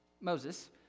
Moses